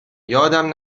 یادم